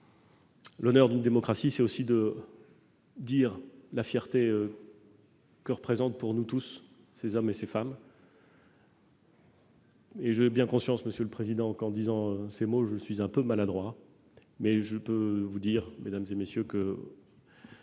L'honneur d'une démocratie, c'est aussi de dire la fierté que représentent, pour nous tous, ces hommes et ces femmes. J'ai bien conscience, monsieur le président, qu'en disant ces mots je suis un peu maladroit, mais je veux vous dire, mesdames, messieurs les